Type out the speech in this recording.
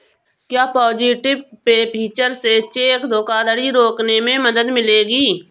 क्या positive pay feature से cheque धोखाधड़ी रोकने में मदद मिलेगी?